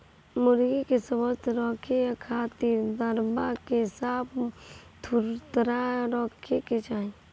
मुर्गी के स्वस्थ रखे खातिर दरबा के साफ सुथरा रखे के चाही